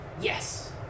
Yes